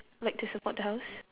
like to support the house